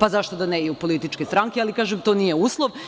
pa zašto da ne i u političke stranke, ali to nije uslov.